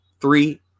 three